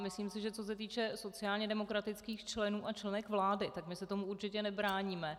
Myslím si, že co se týče sociálně demokratických členů a členek vlády, my se tomu určitě nebráníme.